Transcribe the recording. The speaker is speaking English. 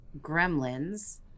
Gremlins